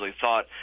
thought